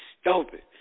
stupid